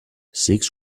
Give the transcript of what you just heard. six